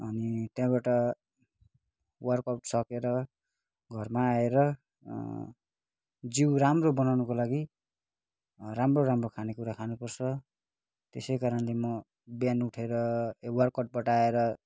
अनि त्यहाँबाट workout सकेर घरमा आएर जिउ राम्रो बनाउनुको लागि राम्रो राम्रो खानेकुरा खानुपर्छ त्यसै कारणले म बिहान उठेर वर्क आउटबाट आएर